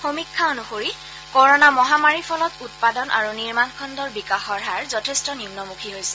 সমীক্ষা অনুসৰি কৰণা মহামাৰীৰ ফলত উৎপাদন আৰু নিৰ্মণ খণুৰ বিকাশ হাৰ যথেষ্ট নিন্নমুখী হৈছে